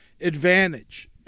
advantage